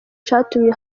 catumye